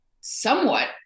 somewhat